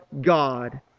God